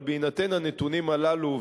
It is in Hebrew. אבל בהינתן הנתונים הללו,